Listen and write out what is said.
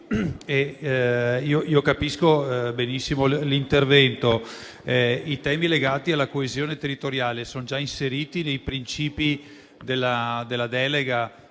Capisco benissimo l'intervento, ma i temi legati alla coesione territoriale sono già inseriti nei principi della delega